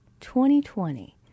2020